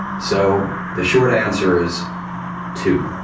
so the short answer is two.